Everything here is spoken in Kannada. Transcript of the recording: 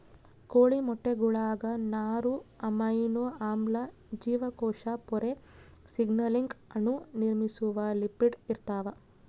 ಕೋಳಿ ಮೊಟ್ಟೆಗುಳಾಗ ನಾರು ಅಮೈನೋ ಆಮ್ಲ ಜೀವಕೋಶ ಪೊರೆ ಸಿಗ್ನಲಿಂಗ್ ಅಣು ನಿರ್ಮಿಸುವ ಲಿಪಿಡ್ ಇರ್ತಾವ